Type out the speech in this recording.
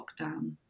lockdown